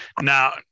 now